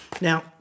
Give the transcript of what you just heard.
Now